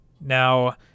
Now